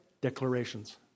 Declarations